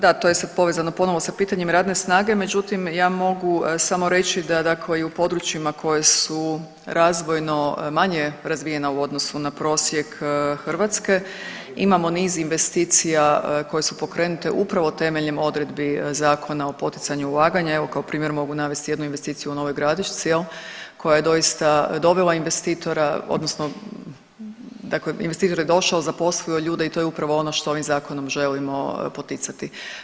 Da, to se sad povezano ponovo sa pitanjem radne snage, međutim, ja mogu samo reći da dakle i u područjima koji su razvojno manje razvijena u odnosu na prosjek Hrvatske, imamo niz investicija koje su pokrenute upravo temeljem odredbi Zakona o poticanju ulaganja, evo, kao primjer mogu navesti jednu investiciju u Novoj Gradišci, je li, koja je doista dobila investitora, odnosno dakle investitor je došao, zaposlio ljude i to je upravo ono što ovim Zakonom želimo poticati.